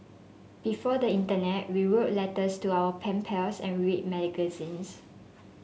before the internet we wrote letters to our pen pals and read magazines